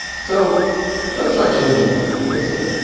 so let's try changing this and fixing it.